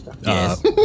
Yes